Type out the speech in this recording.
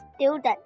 student